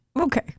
okay